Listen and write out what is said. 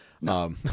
No